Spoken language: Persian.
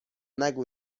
نگو